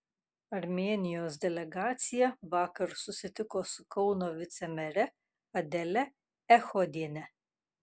armėnijos delegacija vakar susitiko su kauno vicemere adele echodiene